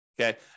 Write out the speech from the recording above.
Okay